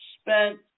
spent